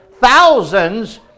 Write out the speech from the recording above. thousands